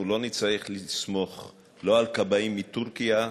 אנחנו לא נצטרך לסמוך לא על כבאים מטורקיה,